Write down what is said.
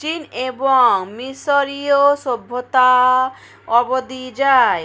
চীন এবং মিশরীয় সভ্যতা অবধি যায়